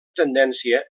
tendència